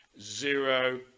zero